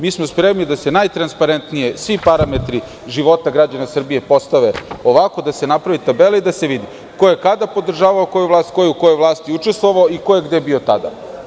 Mi smo spremni da se najtransparentnije svi parametri života građana Srbije postave ovako, da se napravi tabela i da se vidi ko je kada podržavao koju vlast, ko je u vlasti učestvova i ko je gde bio tada.